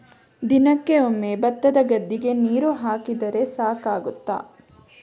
ದಿನಕ್ಕೆ ಒಮ್ಮೆ ಭತ್ತದ ಗದ್ದೆಗೆ ನೀರು ಹಾಕಿದ್ರೆ ಸಾಕಾಗ್ತದ?